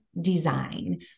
design